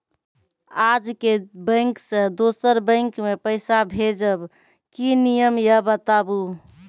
आजे के बैंक से दोसर बैंक मे पैसा भेज ब की नियम या बताबू?